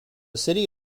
city